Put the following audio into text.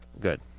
Good